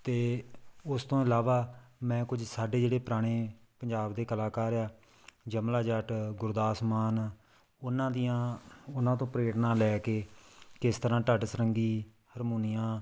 ਅਤੇ ਉਸ ਤੋਂ ਇਲਾਵਾ ਮੈਂ ਕੁਝ ਸਾਡੇ ਜਿਹੜੇ ਪੁਰਾਣੇ ਪੰਜਾਬ ਦੇ ਕਲਾਕਾਰ ਆ ਯਮਲਾ ਜੱਟ ਗੁਰਦਾਸ ਮਾਨ ਉਹਨਾਂ ਦੀਆਂ ਉਹਨਾਂ ਤੋਂ ਪ੍ਰੇਰਨਾ ਲੈ ਕੇ ਕਿਸ ਤਰ੍ਹਾਂ ਢੱਡ ਸਰੰਗੀ ਹਰਮੋਨੀਆ